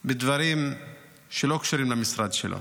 בדברים שלא קשורים למשרד שלו.